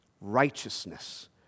Righteousness